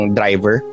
driver